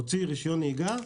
הוציא רישיון נהיגה,